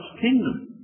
kingdom